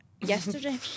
yesterday